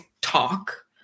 talk